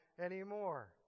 anymore